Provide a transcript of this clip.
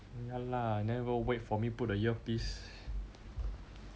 ya lah never even wait for me put the earpiece